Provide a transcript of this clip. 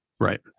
right